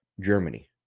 Germany